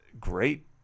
great